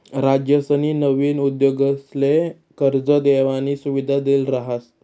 राज्यसनी नवीन उद्योगसले कर्ज देवानी सुविधा देल शे